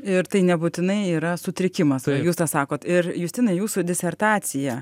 ir tai nebūtinai yra sutrikimas o jūs tą sakot ir justinai jūsų disertacija